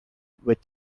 with